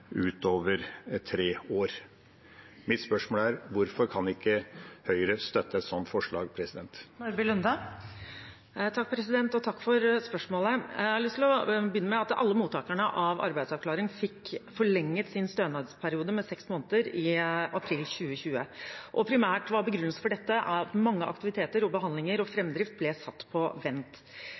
utover tre år. Mitt spørsmål er: Hvorfor kan ikke Høyre støtte et sånt forslag? Takk for spørsmålet. Jeg har lyst til å begynne med at alle mottakere av arbeidsavklaring fikk forlenget sin stønadsperiode med seks måneder i april 2020. Primært var begrunnelsen for dette at framdriften i mange aktiviteter og behandlinger ble satt på vent.